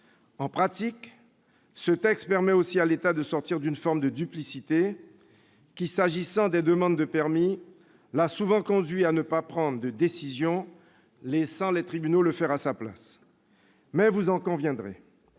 En pratique, ce texte permet aussi à l'État de sortir d'une forme de duplicité qui, s'agissant des demandes de permis, l'a souvent conduit à ne pas prendre de décisions, laissant les tribunaux le faire à sa place. Vous en conviendrez,